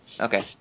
Okay